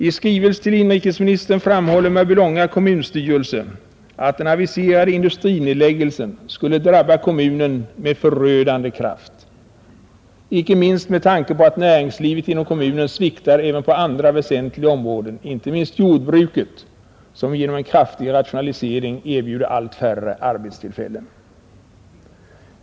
I skrivelse till inrikesministern framhåller Mörbylånga kommunstyrelse, att den aviserade industrinedläggelsen skulle drabba kommunen med förödande kraft, icke minst med tanke på att näringslivet inom kommunen sviktar även på andra väsentliga områden, inte minst jordbruket, som genom en kraftig rationalisering erbjuder allt färre arbetstillfällen.